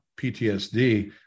PTSD